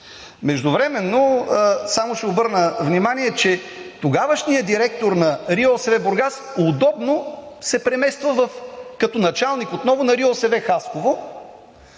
Междувременно, само ще обърна внимание, че тогавашният директор на РИОСВ – Бургас, удобно се премества като началник отново на РИОСВ – Хасково,